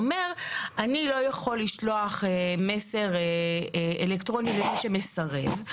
הוא אומר: אני לא יכול לשלוח מסר אלקטרוני למי שמסרב.